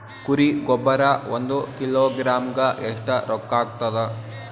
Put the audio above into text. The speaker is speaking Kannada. ಕುರಿ ಗೊಬ್ಬರ ಒಂದು ಕಿಲೋಗ್ರಾಂ ಗ ಎಷ್ಟ ರೂಕ್ಕಾಗ್ತದ?